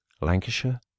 lancashire